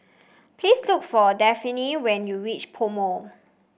please look for Dafne when you reach PoMo